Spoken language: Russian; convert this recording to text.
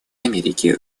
америки